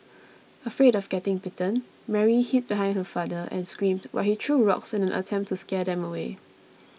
afraid of getting bitten Mary hid behind her father and screamed while he threw rocks in an attempt to scare them away